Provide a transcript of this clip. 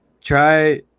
Try